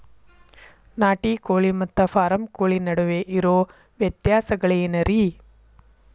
ನಾಟಿ ಕೋಳಿ ಮತ್ತ ಫಾರಂ ಕೋಳಿ ನಡುವೆ ಇರೋ ವ್ಯತ್ಯಾಸಗಳೇನರೇ?